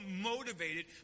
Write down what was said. motivated